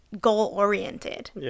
goal-oriented